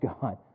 God